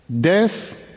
death